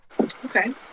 Okay